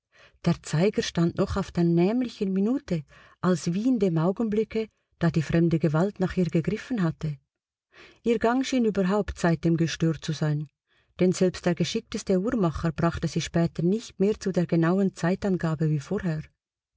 der zeiger stand noch auf der nämlichen minute als wie in dem augenblicke da die fremde gewalt nach ihr gegriffen hatte ihr gang schien überhaupt seitdem gestört zu sein denn selbst der geschickteste uhrmacher brachte sie später nicht mehr zu der genauen zeitangabe wie vorher